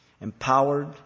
Empowered